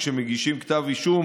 כשמגישים כתב אישום,